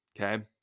okay